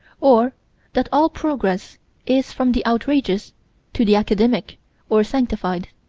or that all progress is from the outrageous to the academic or sanctified,